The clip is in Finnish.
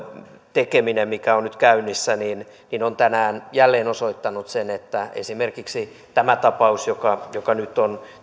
tekeminen mikä on nyt käynnissä on tänään jälleen osoittanut sen että esimerkiksi tämä tapaus joka joka nyt on